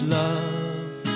love